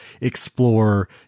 explore